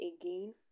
again